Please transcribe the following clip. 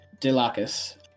delacus